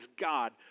God